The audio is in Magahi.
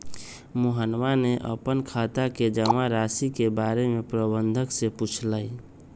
मोहनवा ने अपन खाता के जमा राशि के बारें में प्रबंधक से पूछलय